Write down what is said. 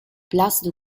place